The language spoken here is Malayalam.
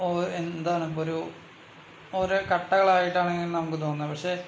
ഓ എന്താണിപ്പൊരു ഓരോ കട്ടകളായിട്ടാണ് ഇങ്ങനെ നമുക്ക് തോന്നുക പക്ഷെ